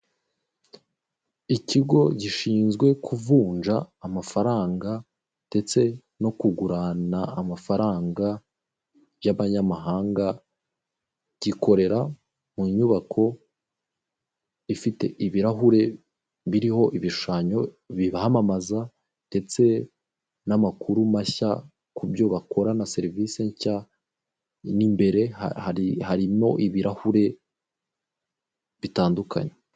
Ikigo gishinzwe kuvunja amafaranga ndetse no kugurana amafaranga y'abanyamahanga, gikorera mu nyubako ifite ibirahure biriho ibishushanyo bibamamaza ndetse n'amakuru mashya ku byo bakora na serivisi nshya mo imbere harimo ibirahure bitandukanye.